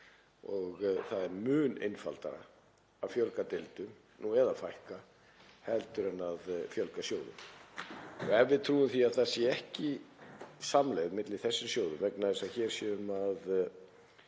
og það er mun einfaldara að fjölga deildum, eða fækka þeim, heldur en að fjölga sjóðum. Ef við trúum því að það sé ekki samlegð milli þessara sjóða vegna þess að hér séu